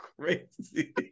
crazy